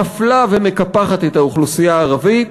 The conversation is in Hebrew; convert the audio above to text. מפלה ומקפחת את האוכלוסייה הערבית,